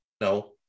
No